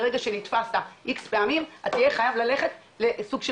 ברגע שנתפסת X פעמים אתה תהיה חייב ללכת לסוג של